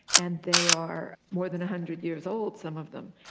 and they are more than a hundred years old, some of them,